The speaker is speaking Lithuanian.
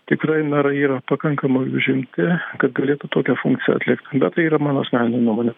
tikrai merai yra pakankamai užimti kad galėtų tokią funkciją atlikti bet tai yra mano asmeninė nuomonė